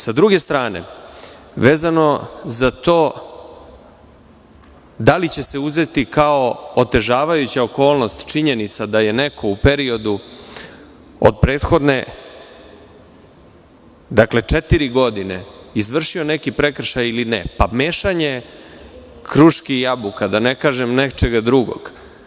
Sa druge strane, vezano za to da li će se uzeti kao otežavajuća okolnost činjenica da je neko u periodu od prethodne četiri godine izvršio neki prekršaj ili ne, to je mešanje kruški i jabuka, da ne kažem nečega drugog.